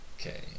Okay